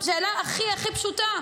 שאלה הכי הכי פשוטה: